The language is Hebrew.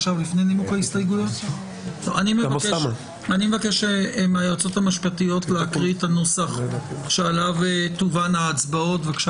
אני מבקש מהיועצות המשפטיות להקריא את הנוסח עליו תובאנה ההצבעות.